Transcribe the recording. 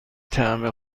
طعم